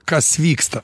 kas vyksta